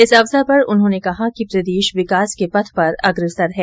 इस अवसर पर उन्होंने कहा कि प्रदेश विकास के पथ पर अग्रसर है